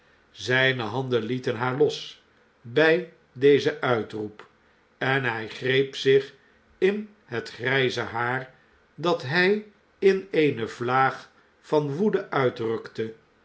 zjjne handen lieten haar los bij dezen uitroep en hij greep zich in het grjjze haar dat hij in eene vlaag van woede uitrukte